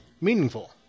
meaningful